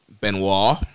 Benoit